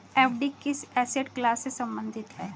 FD किस asset class से संबंधित है?